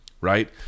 right